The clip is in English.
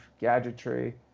gadgetry